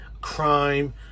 crime